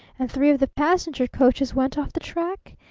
and three of the passenger coaches went off the track?